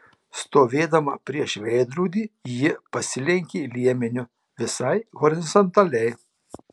stovėdama prieš veidrodį ji pasilenkė liemeniu visai horizontaliai